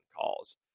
calls